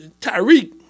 Tyreek